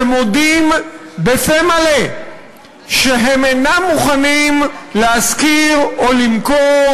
שמודים בפה מלא שהם אינם מוכנים להשכיר או למכור